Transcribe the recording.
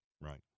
Right